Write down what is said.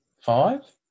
five